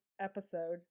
episode